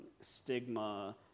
stigma